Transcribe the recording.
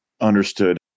Understood